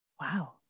Wow